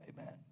Amen